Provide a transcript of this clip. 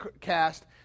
cast